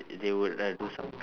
they would like do some